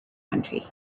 country